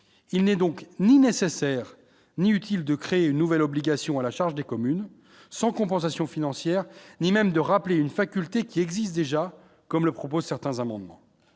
il n'est donc ni nécessaire ni utile de créer une nouvelle obligation à la charge des communes sans compensation financière ni même de rappeler une faculté qui existent déjà, comme le proposent certains amendements